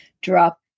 drop